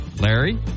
Larry